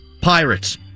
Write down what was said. Pirates